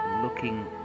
looking